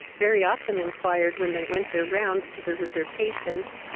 very often inquired when they went their rounds to visit their patients,